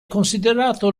considerato